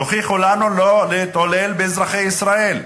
תוכיחו לנו, לא להתעלל באזרחי ישראל.